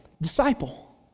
disciple